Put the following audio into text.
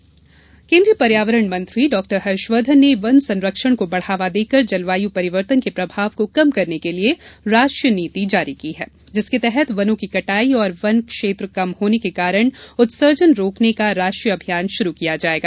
पर्यावरण मंत्री डॉहर्षवर्धन पर्यावरण मंत्री डॉक्टर हर्षवर्धन ने वन संरक्षण को बढ़ावा देकर जलवायु परिवर्तन के प्रभाव को कम करने की राष्ट्रीय नीति जारी की है जिसके तहत वनों की कटाई और वन क्षेत्र कम होने के कारण उत्सर्जन रोकने का राष्ट्रीय अभियान शुरू किया जायेगा